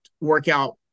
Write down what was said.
workout